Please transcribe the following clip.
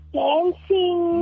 dancing